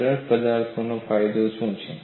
બરડ પદાર્થનો ફાયદો શું છે